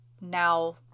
now –